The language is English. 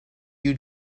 you